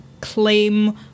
claim